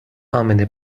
امنه